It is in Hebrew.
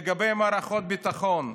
לגבי מערכות הביטחון,